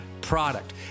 product